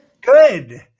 Good